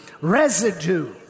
residue